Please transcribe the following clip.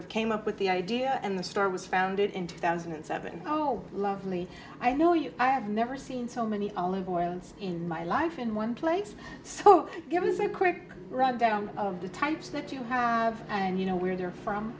of came up with the idea and the store was founded in two thousand and seven oh lovely i know you have never seen so many only boils in my life in one place so give us a quick rundown of the types that you have and you know where they're from